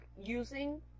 using